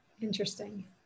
Interesting